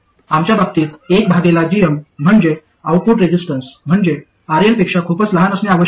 आमच्या बाबतीत एक भागेला gm म्हणजे आउटपुट रेझिस्टन्स म्हणजे RL पेक्षा खूपच लहान असणे आवश्यक आहे